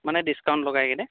মানে ডিকাউণ্ট লগাইকিনে